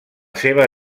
seva